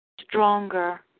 Stronger